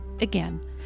again